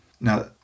Now